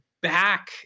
back